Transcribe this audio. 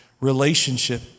relationship